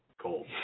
cold